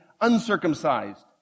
uncircumcised